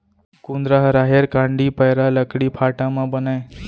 कुंदरा ह राहेर कांड़ी, पैरा, लकड़ी फाटा म बनय